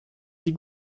sie